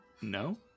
No